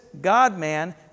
God-man